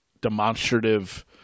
demonstrative